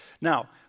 Now